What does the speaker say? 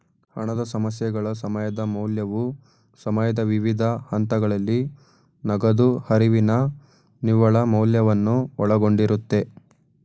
ಹಣದ ಸಮಸ್ಯೆಗಳ ಸಮಯದ ಮೌಲ್ಯವು ಸಮಯದ ವಿವಿಧ ಹಂತಗಳಲ್ಲಿ ನಗದು ಹರಿವಿನ ನಿವ್ವಳ ಮೌಲ್ಯವನ್ನು ಒಳಗೊಂಡಿರುತ್ತೆ